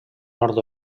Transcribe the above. nord